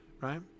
right